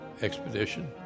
Expedition